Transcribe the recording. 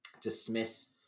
dismiss